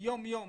יום יום